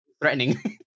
Threatening